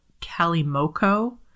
Calimoco